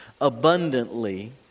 abundantly